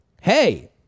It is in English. hey